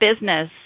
business